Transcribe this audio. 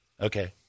Okay